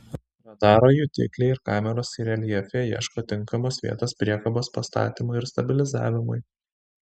radaro jutikliai ir kameros reljefe ieško tinkamos vietos priekabos pastatymui ir stabilizavimui